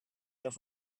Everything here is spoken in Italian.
della